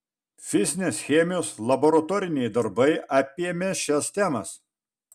fizinės chemijos laboratoriniai darbai apėmė šias temas